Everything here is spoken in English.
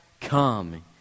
come